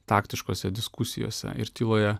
taktiškose diskusijose ir tyloje